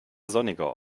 sonniger